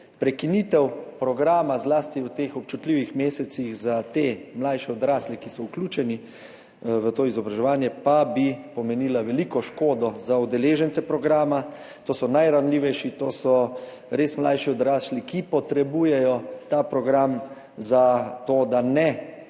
Prekinitev programa pa bi, zlasti v teh občutljivih mesecih, za te mlajše odrasle, ki so vključeni v to izobraževanje, pomenila veliko škodo za udeležence programa, to so najranljivejši, to so res mlajši odrasli, ki potrebujejo ta program za to, da ne padejo